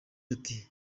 ati